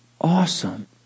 awesome